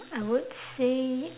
I would say